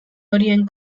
horien